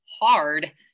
hard